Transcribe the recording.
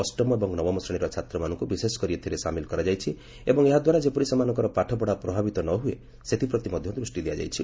ଅଷ୍ଟମ ଏବଂ ନବମ ଶ୍ରେଣୀର ଛାତ୍ରମାନଙ୍କୁ ବିଶେଷକରି ଏଥିରେ ସମିଲ କରାଯାଇଛି ଏବଂ ଏହା ଦ୍ୱାରା ଯେପରି ସେମାନଙ୍କର ପାଠପଢ଼ା ପ୍ରଭାବିତ ନ ହୁଏ ସେଥିପ୍ରତି ମଧ୍ୟ ଦୃଷ୍ଟି ଦିଆଯାଇଛି